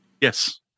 Yes